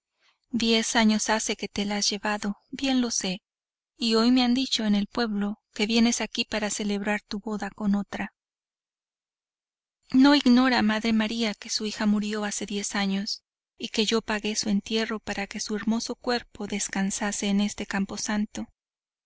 diez años hace que te la has llevado bien lo sé y hoy me han dicho en el pueblo que vienes aquí para celebrar tu boda con otra no ignora v madre maría que su hija murió hace diez años y que yo pagué su entierro para que su hermoso cuerpo descansase en este campo santo